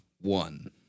one